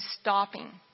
stopping